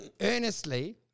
earnestly